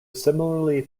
similarly